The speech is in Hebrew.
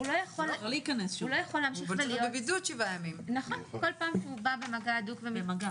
אבל אם ביום הרביעי הוא בא עוד הפעם במגע עם הילד